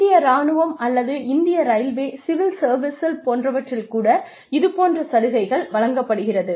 இந்திய ராணுவம் அல்லது இந்திய ரயில்வே சிவில் சர்வீசஸ் போன்றவற்றில் கூட இது போன்ற சலுகைகள் வழங்கப்படுகிறது